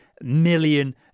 million